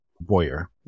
Boyer